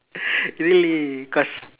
really cause